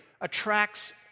attracts